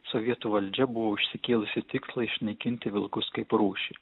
sovietų valdžia buvo užsikėlusi tikslą išnaikinti vilkus kaip rūšį